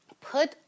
Put